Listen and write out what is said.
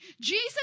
Jesus